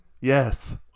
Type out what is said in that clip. Yes